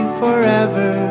forever